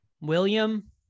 William